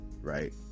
right